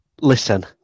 Listen